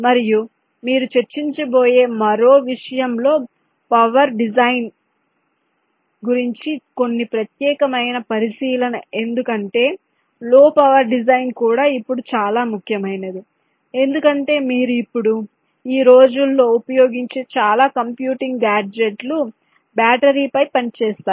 మరియు మీరు చర్చించబోయే మరో విషయం లో పవర్ డిజైన్ గురించి కొన్ని ప్రత్యేకమైన పరిశీలన ఎందుకంటే లో పవర్ డిజైన్ కూడా ఇప్పుడు చాలా ముఖ్యమైనది ఎందుకంటే మీరు ఇప్పుడు ఈ రోజుల్లో ఉపయోగించే చాలా కంప్యూటింగ్ గాడ్జెట్లు బ్యాటరీపై పనిచేస్తాయి